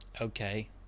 Okay